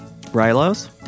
Rylos